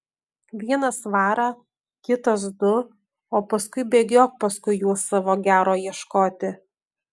vienas svarą kitas du o paskui bėgiok paskui juos savo gero ieškoti